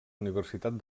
universitat